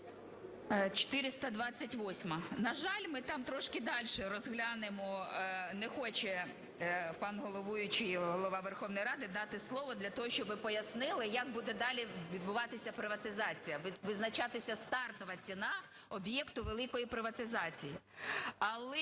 428-а. На жаль, ми там трошки дальше розглянемо, не хоче пан головуючий, Голова Верховної Ради, дати слово для того, щоб пояснили як буде далі відбуватися приватизація, визначатися стартова ціна об'єкту великої приватизації.